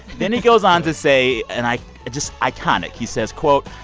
then he goes on to say and i just iconic. he says, quote,